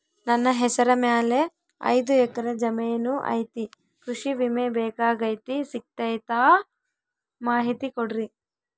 ನನ್ನ ಹೆಸರ ಮ್ಯಾಲೆ ಐದು ಎಕರೆ ಜಮೇನು ಐತಿ ಕೃಷಿ ವಿಮೆ ಬೇಕಾಗೈತಿ ಸಿಗ್ತೈತಾ ಮಾಹಿತಿ ಕೊಡ್ರಿ?